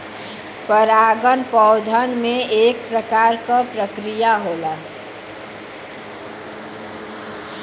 परागन पौधन में एक प्रकार क प्रक्रिया होला